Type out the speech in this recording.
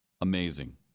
Amazing